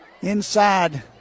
inside